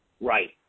Right